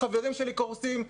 החברים שלי קורסים,